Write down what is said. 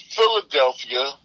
Philadelphia